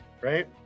Right